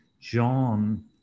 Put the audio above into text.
John